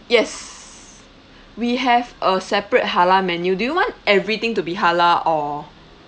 yes we have a separate halal menu do you want everything to be halal or